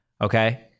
Okay